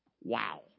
Wow